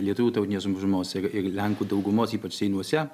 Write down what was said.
lietuvių tautinės mažumos ir lenkų daugumos ypač seinuose